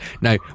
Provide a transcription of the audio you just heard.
now